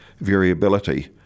variability